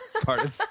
Pardon